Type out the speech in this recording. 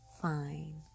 fine